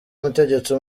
umutegetsi